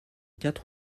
quatre